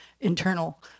internal